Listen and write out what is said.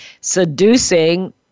seducing